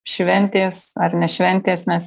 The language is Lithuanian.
šventės ar ne šventės mes